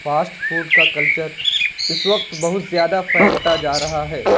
fast food کا culture اس وقت بہت زیادہ پھیلتا جا رہا ہے